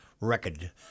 record